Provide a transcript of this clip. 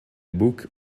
book